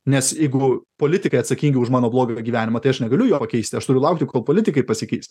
nes jeigu politikai atsakingi už mano blogą gyvenimą tai aš negaliu jo pakeisti aš turiu laukti kol politikai pasikeis